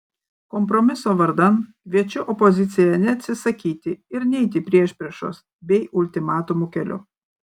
kompromiso vardan kviečiu opoziciją neatsisakyti ir neiti priešpriešos bei ultimatumų keliu